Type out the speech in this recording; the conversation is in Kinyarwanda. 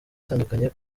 itandukanye